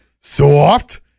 soft